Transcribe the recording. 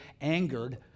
angered